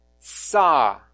saw